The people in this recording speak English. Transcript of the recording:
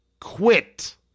quit